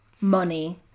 money